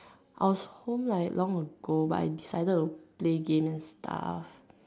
I was home like long ago but I decided to play game and stuff